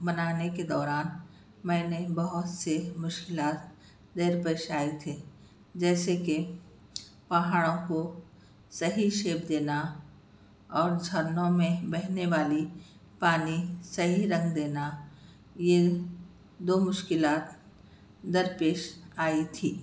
بنانے کے دوران میں نے بہت سے مشکلات درپیش آئی تھی جیسے کہ پہاڑوں کو صحیح شیپ دینا اور جھرنوں میں بہنے والی پانی صحیح رنگ دینا یہ دو مشکلات درپیش آئی تھی